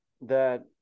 that-